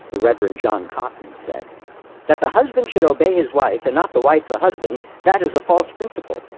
the reverend john cotton, said that the husband should obey his wife, and not the wife the husband, that is a false principle.